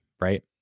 right